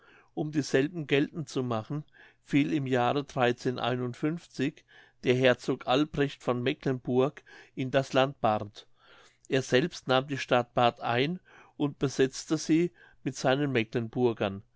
um dieselben geltend zu machen fiel im jahre der herzog albrecht von mecklenburg in das land bart er selbst nahm die stadt bart ein und besetzte sie mit seinen meklenburgern